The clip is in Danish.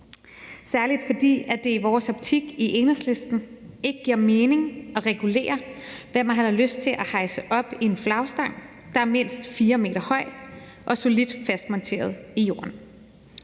særlig fordi det i Enhedslistens optik ikke giver mening at regulere, hvad man har lyst til at hejse op en flagstang, der er mindst 4 m høj og solidt fastmonteret i jorden.